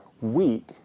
weak